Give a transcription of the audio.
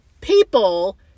people